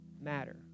matter